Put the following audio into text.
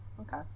okay